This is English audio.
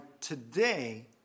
today